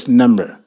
number